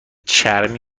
چرمی